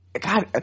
God